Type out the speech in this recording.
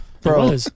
bro